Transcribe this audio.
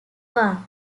war